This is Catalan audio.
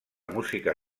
música